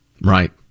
Right